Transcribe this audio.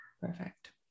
Perfect